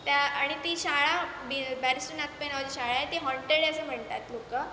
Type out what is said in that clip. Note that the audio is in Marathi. त्या आणि ती शाळा बिल बॅरिस्टर नाथ पै नावाची शाळा आहे ती हॉंटेड आहे असं म्हणतात लोकं